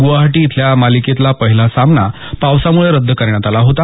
गुवाहाटी इथला मालिकेतला पहिला सामना पावसामुळे रद्द करण्यात आला होता